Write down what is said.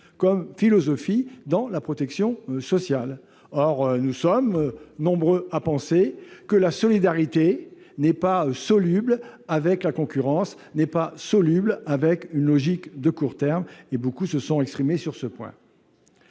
comme philosophie de la protection sociale ! Or nous sommes nombreux à penser que la solidarité n'est pas soluble dans la concurrence ou dans les logiques de court terme- beaucoup se sont exprimés sur ce point.